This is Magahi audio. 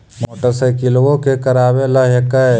मोटरसाइकिलवो के करावे ल हेकै?